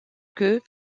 que